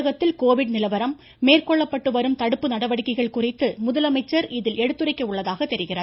தமிழகத்தில் கோவிட் நிலவரம் மேற்கொள்ளப்பட்டு வரும் தடுப்பு நடவடிக்கைகள் குறித்து முதலமைச்சர் இதில் எடுத்துரைக்க உள்ளதாக தெரிகிறது